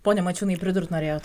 pone mačiūnai pridurti norėjote